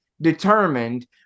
determined